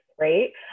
Right